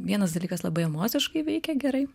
vienas dalykas labai emociškai veikia gerai